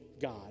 God